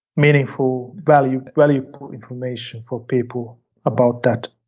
meaningful value value information for people about that